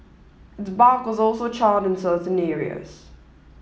its bark was also charred in certain areas